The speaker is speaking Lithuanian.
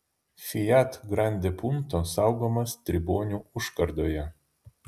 fiat grande punto saugomas tribonių užkardoje